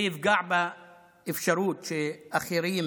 זה יפגע באפשרות שאחרים